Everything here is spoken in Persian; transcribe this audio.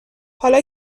حالا